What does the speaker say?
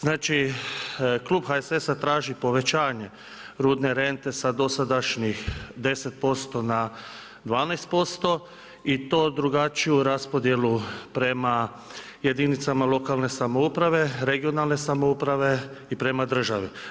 Znači Klub HSS-a traži povećanje rudne rente sa dosadašnjih 10% na 12% i to drugačiju raspodjelu prema jedinicama lokalne samouprave, regionalne samouprave i prema državi.